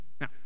Now